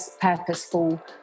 purposeful